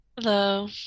Hello